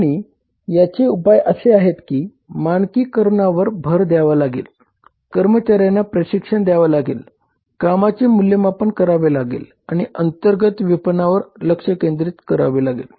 आणि याचे उपाय असे आहेत की मानकीकरणावर भर द्यावा लागेल कर्मचाऱ्यांना प्रशिक्षण द्यावा लागेल कामाचे मूल्यमापन करावे लागेल आणि अंतर्गत विपणनावर लक्ष केंद्रित करावे लागेल